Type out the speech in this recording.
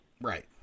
right